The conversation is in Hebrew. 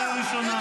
קריאה ראשונה.